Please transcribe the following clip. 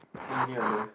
how many are there